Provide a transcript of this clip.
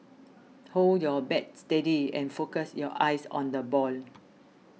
hold your bat steady and focus your eyes on the ball